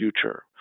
future